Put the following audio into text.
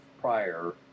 prior